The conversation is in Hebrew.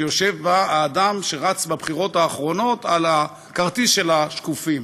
שיושב בה האדם שרץ בבחירות האחרונות על הכרטיס של השקופים?